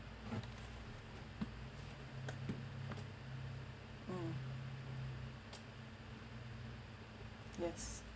mm yes